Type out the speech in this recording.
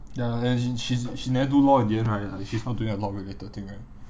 ya and she she's she never do law in the end right like she's not doing law related thing right